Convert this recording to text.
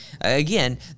again